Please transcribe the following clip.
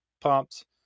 pumped